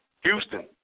Houston